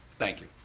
thank you,